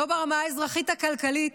לא ברמה האזרחית הכלכלית,